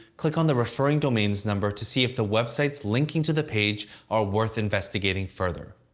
click on the referring domains number to see if the websites linking to the page are worth investigating further.